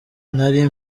nari